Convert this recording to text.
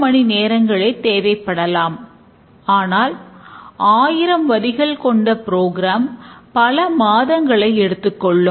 ஆகவே நாம் அடிப்படை ஆப்ஜெக்டுகளில் எழுத முடியும்